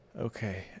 okay